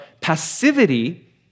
passivity